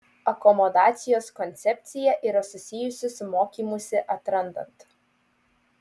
akomodacijos koncepcija yra susijusi su mokymusi atrandant